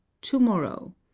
tomorrow